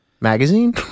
magazine